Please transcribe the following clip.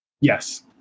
Yes